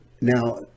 Now